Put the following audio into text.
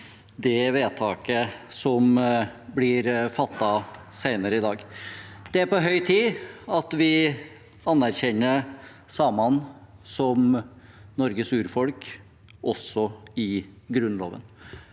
det vedtaket som blir fattet senere i dag. Det er på høy tid at vi anerkjenner samene som Norges urfolk også i Grunnloven.